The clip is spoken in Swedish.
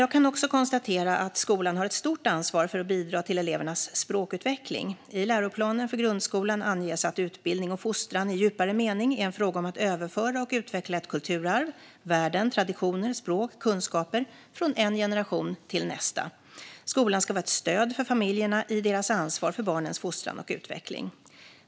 Jag kan också konstatera att skolan har ett stort ansvar för att bidra till elevernas språkutveckling. I läroplanen för grundskolan anges att utbildning och fostran i djupare mening är en fråga om att överföra och utveckla ett kulturarv - värden, traditioner, språk och kunskaper - från en generation till nästa. Skolan ska vara ett stöd för familjerna i deras ansvar för barnens fostran och utveckling.